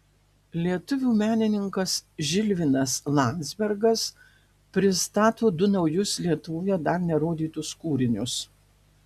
lietuvių menininkas žilvinas landzbergas pristato du naujus lietuvoje dar nerodytus kūrinius